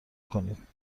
کنید